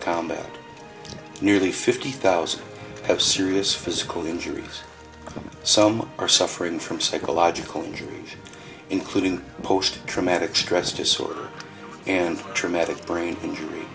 combat nearly fifty thousand have serious physical injuries some are suffering from psychological injuries including post traumatic stress disorder and traumatic brain injury